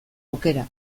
aukera